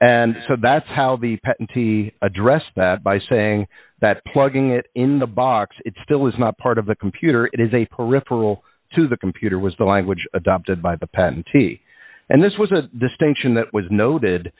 and so that's how the patentee addressed that by saying that plugging it in the box it still is not part of the computer it is a peripheral to the computer was the language adopted by the patentee and this was a distinction that was noted